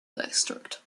district